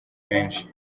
benshi